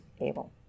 able